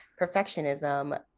perfectionism